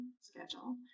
schedule